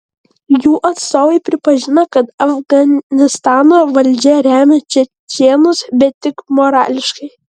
jų atstovai pripažino kad afganistano valdžia remia čečėnus bet tik morališkai